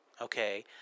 Okay